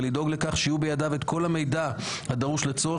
ולדאוג לכך שיהיה בידיו את כל המידע הדרוש לצורך